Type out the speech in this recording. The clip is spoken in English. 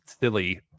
silly